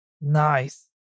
Nice